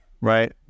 Right